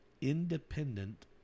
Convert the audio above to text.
independent